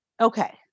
Okay